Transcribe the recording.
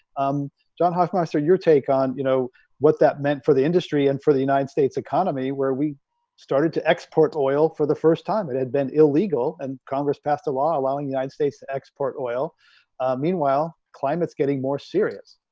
um john, hoffman said so your take on you know what that meant for the industry and for the united states economy where we started to export oil for the first time. it had been illegal and congress passed a law allowing united states to export oil meanwhile climate's getting more serious